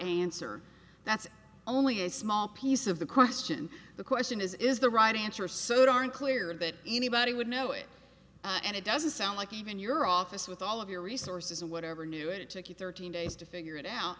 answer that's only a small piece of the question the question is is the right answer so darn clear that anybody would know it and it doesn't sound like even your office with all of your resources and whatever knew it took you thirteen days to figure it out